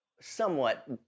somewhat